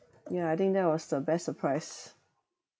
yeah I think that was the best surprise